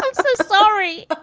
um so sorry.